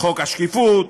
חוק השקיפות,